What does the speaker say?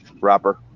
wrapper